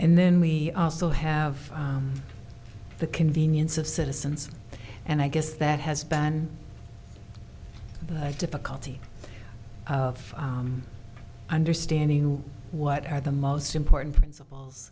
and then we also have the convenience of citizens and i guess that has been a difficulty of understanding what are the most important principles